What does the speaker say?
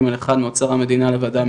ועדת הערר)